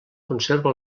conserva